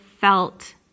felt